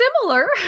similar